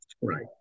Right